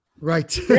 Right